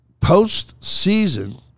postseason